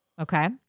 Okay